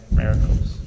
miracles